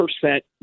percent